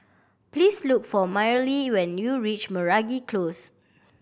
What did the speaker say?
please look for Myrle when you reach Meragi Close